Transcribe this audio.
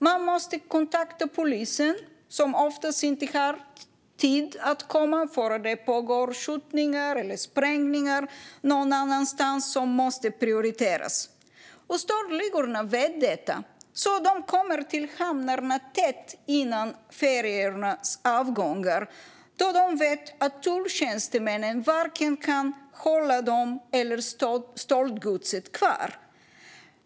Man måste kontakta polisen, som oftast inte har tid att komma eftersom det någon annanstans pågår skjutningar eller sprängningar som måste prioriteras. Stöldligorna vet detta, så de kommer till hamnarna tätt före färjornas avgångar, då de vet att tulltjänstemännen inte kan hålla kvar vare sig dem eller stöldgodset.